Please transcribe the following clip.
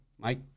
Mike